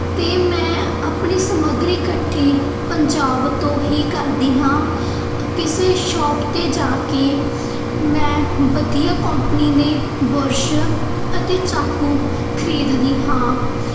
ਅਤੇ ਮੈਂ ਆਪਣੀ ਸਮੱਗਰੀ ਇਕੱਠੀ ਪੰਜਾਬ ਤੋਂ ਹੀ ਕਰਦੀ ਹਾਂ ਕਿਸੇ ਸ਼ੋਪ 'ਤੇ ਜਾ ਕੇ ਮੈਂ ਵਧੀਆ ਕੋਪਨੀ ਦੇ ਬੁਰਸ਼ ਅਤੇ ਚਾਕੂ ਖਰੀਦਦੀ ਹਾਂ